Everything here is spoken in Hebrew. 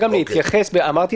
אז הממשלה,